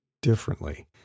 differently